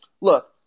Look